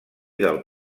del